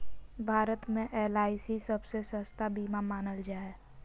भारत मे एल.आई.सी सबसे सस्ता बीमा मानल जा हय